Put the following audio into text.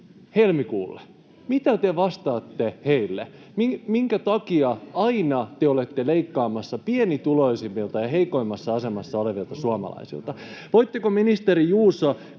silloin!] Mitä te vastaatte hänelle? Minkä takia aina te olette leikkaamassa pienituloisimmilta ja heikoimmassa asemassa olevilta suomalaisilta? Voitteko, ministeri Juuso,